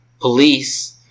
police